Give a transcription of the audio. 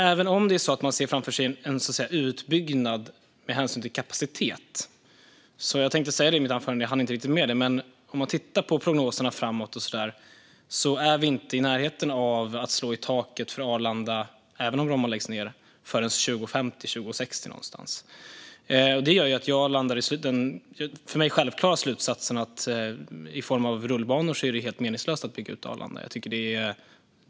Även om man ser framför sig en utbyggnad med hänsyn till kapacitet - jag tänkte säga det i mitt anförande men hann inte riktigt med det - kan man, om man tittar på prognoserna framåt, se att Arlanda, även om Bromma läggs ned, inte är i närheten av att slå i taket förrän någonstans 2050-2060. Därför landar jag i den för mig självklara slutsatsen att det är helt meningslöst att bygga ut Arlanda med nya rullbanor.